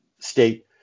state